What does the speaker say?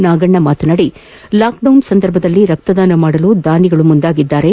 ನಾಗಣ್ಣ ಮಾತನಾಡಿ ಲಾಕ್ಡೌನ್ ಸಂದರ್ಭದಲ್ಲೂ ರಕ್ತದಾನ ಮಾಡಲು ದಾನಿಗಳು ಮುಂದಾಗಿದ್ದಾರೆ